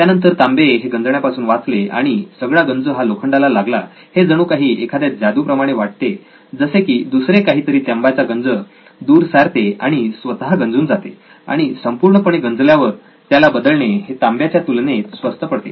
त्यानंतर तांबे हे गंजण्यापासून वाचले आणि सगळा गंज हा लोखंडाला लागला हे जणू काही एखाद्या जादू प्रमाणे वाटते जसे की दुसरे काहीतरी तांब्याचा गंज दूर सारते आणि स्वतः गंजून जाते आणि संपूर्णपणे गंजल्यावर त्याला बदलणे हे तांब्याच्या तुलनेत स्वस्त पडते